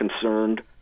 concerned